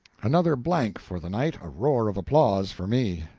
another blank for the knight, a roar of applause for me.